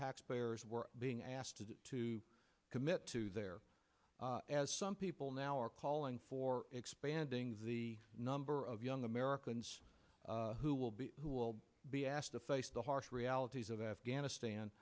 taxpayers were being asked to do to commit to their as some people now are calling for expanding the number of young americans who will be who will be asked to face the harsh realities of afghanistan